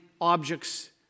objects